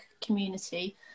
community